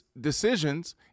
decisions